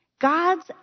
God's